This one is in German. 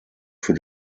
für